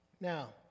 Now